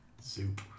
Soup